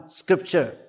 scripture